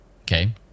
okay